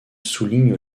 souligne